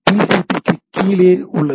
டிசிபிக்கு கீழே உள்ளது